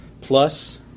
plus